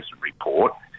report –